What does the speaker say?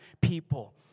people